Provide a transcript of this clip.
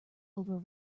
over